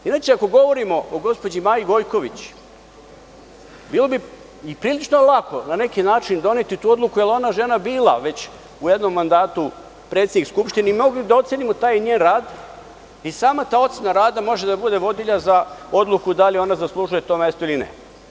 Inače, ako govorimo o gospođi Maji Gojković, bilo bi i prilično lako na neki način doneti tu odluku jer je ona žena bila već u jednom mandatu predsednik Skupštine i mogli bi da ocenimo taj njen rad i sama ta ocena rada može da bude vodilja za odluku da li ona zaslužuje to mesto ili ne.